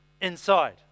inside